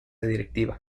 directiva